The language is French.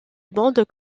bande